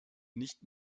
nicht